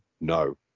no